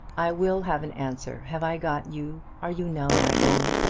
i will have an answer. have i got you? are you now my own?